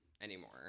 anymore